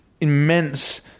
immense